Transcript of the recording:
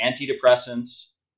antidepressants